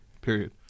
period